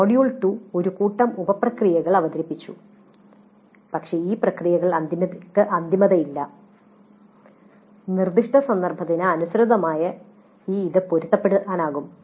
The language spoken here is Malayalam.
മൊഡ്യൂൾ 2 ഒരു കൂട്ടം ഉപപ്രക്രിയകൾ അവതരിപ്പിച്ചു പക്ഷേ ഈ പ്രക്രിയകൾക്ക് അന്തിമതയില്ല നിർദ്ദിഷ്ട സന്ദർഭത്തിന് അനുസൃതമായി ഇത് പൊരുത്തപ്പെടുത്താനാകും